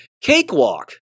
Cakewalk